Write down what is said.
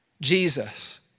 Jesus